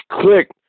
Click